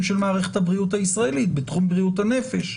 של מערכת הבריאות הישראלית בתחום בריאות הנפש.